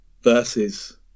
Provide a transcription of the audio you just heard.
versus